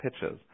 pitches